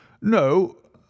No